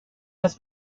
has